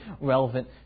relevant